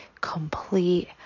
complete